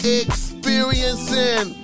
experiencing